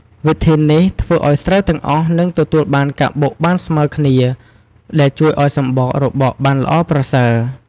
វិធីនេះ ធ្វើឲ្យស្រូវទាំងអស់នឹងទទួលបានការបុកបានស្មើគ្នា ដែលជួយឱ្យសម្បករបកបានល្អប្រសើរ។